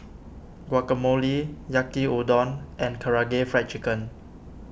Guacamole Yaki Udon and Karaage Fried Chicken